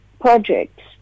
projects